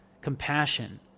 compassion